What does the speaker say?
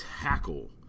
tackle